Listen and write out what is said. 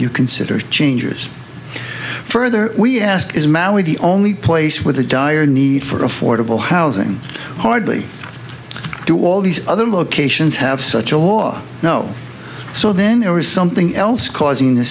you consider changes further we ask is maui the only place with a dire need for affordable housing hardly do all these other locations have such a law no so then there is something else causing th